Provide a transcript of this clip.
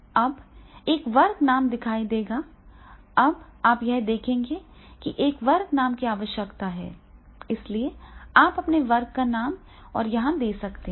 अब एक वर्ग नाम दिखाई देगा अब आप यह देखेंगे कि एक वर्ग नाम की आवश्यकता है इसलिए आप अपने वर्ग का नाम और यह दे सकते हैं